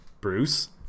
Bruce